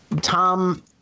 Tom